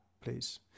please